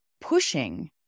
pushing